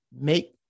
Make